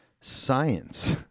science